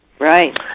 Right